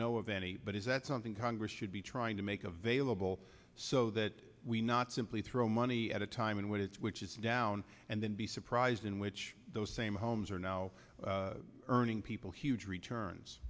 know of any but is that something congress should be trying to make available so that we not simply throw money at a time when it's which is down and then be surprised in which those same homes are now earning people huge returns